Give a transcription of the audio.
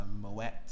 Moet